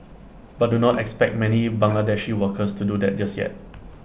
but do not expect many Bangladeshi workers to do that just yet